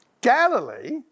galilee